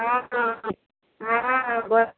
हँ हँ गो